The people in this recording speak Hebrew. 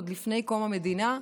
עוד מלפני קום המדינה.